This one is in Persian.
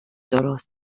درست